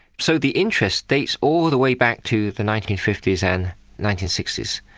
so the interest date all the way back to the nineteen fifty s and nineteen sixty s.